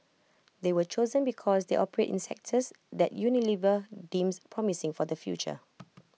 they were chosen because they operate in sectors that Unilever deems promising for the future